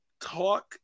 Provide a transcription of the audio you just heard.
talk